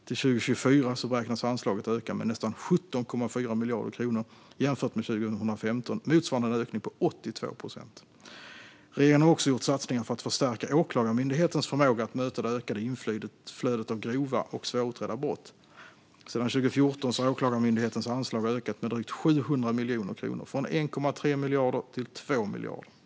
Till 2024 beräknas anslaget öka med nästan 17,4 miljarder kronor jämfört med 2015, motsvarande en ökning med 82 procent. Regeringen har också gjort satsningar för att förstärka Åklagarmyndighetens förmåga att möta det ökade inflödet av grova och svårutredda brott. Sedan 2014 har Åklagarmyndighetens anslag ökat med drygt 700 miljoner kronor, från 1,3 miljarder kronor till 2 miljarder kronor.